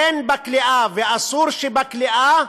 אין בכליאה, ואסור שתהיה בכליאה,